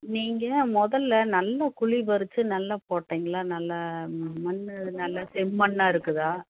நீங்கள் முதலில் நல்லா குழி பறித்து நல்லா போட்டீங்களா நல்லா மண் நல்லா செம்மண்ணாக இருக்குதா